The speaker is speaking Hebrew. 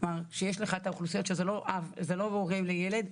שיש לך את האוכלוסיות שזה לא הורה וילד,